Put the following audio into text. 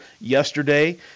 yesterday